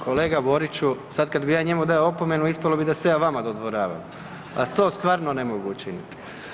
Kolega Boriću sad kad bi ja njemu dao opomenu ispalo bi da se ja vama dodvoravam, a to stvarno ne mogu učiniti.